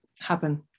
happen